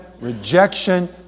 rejection